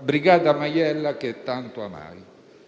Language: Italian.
Brigata Maiella che tanto amavi.